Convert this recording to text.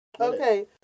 Okay